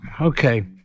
okay